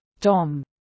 tom